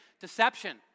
Deception